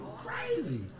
crazy